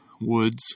woods